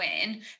win